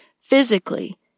physically